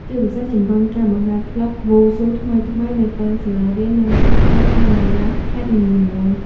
ជាពិសេសជំរុញការបង្កើតក្លឹបវ៉ូស៊ូថ្មីៗនៅតាមសាលារៀន និងសហគមន៍នៅតាមបណ្តាខេត្តនីមួយៗ។